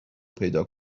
پیدا